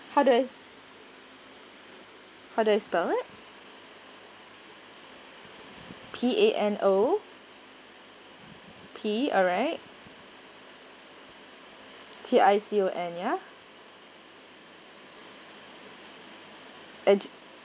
how do I how do I spell it P A N O P alright T I C O N ya at